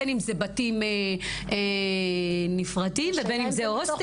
בין אם זה בתים נפרדים ובין אם זה הוסטלים?